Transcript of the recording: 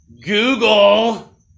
Google